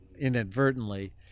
inadvertently